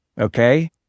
Okay